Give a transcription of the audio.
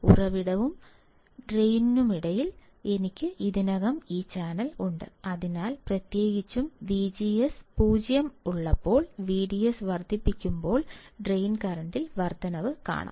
ഉറവിടത്തിനും ഡ്രെയിനിനുമിടയിൽ എനിക്ക് ഇതിനകം ഈ ചാനൽ ഉണ്ട് അതിനാൽ പ്രത്യേകിച്ചും VGS 0 ഉള്ളപ്പോൾ VDS വർദ്ധിക്കുമ്പോൾ ഡ്രെയിൻ കറന്റിൽ വർദ്ധനവ് കാണാം